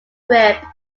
grip